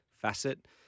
facet